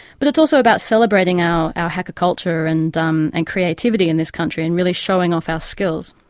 but it's also about celebrating our our hacker culture and um and creativity in this country and really showing off our skills.